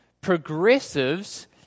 progressives